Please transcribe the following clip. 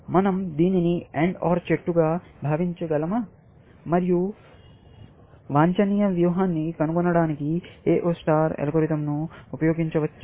మన০ దీనిని AND OR చెట్టుగా భావించగలమా మరియు వాంఛనీయ వ్యూహాన్ని కనుగొనడానికి A0 స్టార్ అల్గారిథమ్ను ఉపయోగించవచ్చా